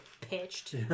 pitched